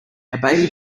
baby